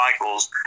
Michaels